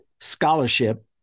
scholarship